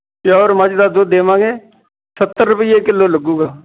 pure ਮੱਝ ਦਾ ਦੁੱਧ ਦੇਵਾਂਗੇ ਸੱਤਰ ਰੁਪਏ ਕਿੱਲੋ ਲੱਗੇਗਾ